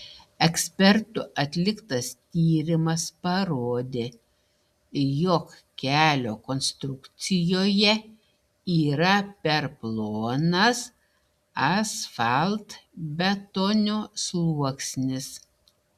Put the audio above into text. ekspertų atliktas tyrimas parodė jog kelio konstrukcijoje yra per plonas asfaltbetonio sluoksnis